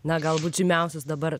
na galbūt žymiausias dabar